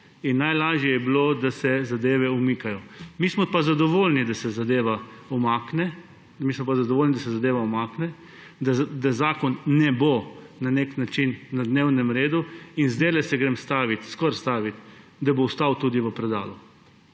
Najlažje je bilo, da se zadeve umikajo. Mi smo pa zadovoljni, da se zadeva umakne, da zakona ne bo na dnevnem redu. In zdajle grem stavit, skoraj stavit, da bo tudi ostal v predalu.